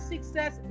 success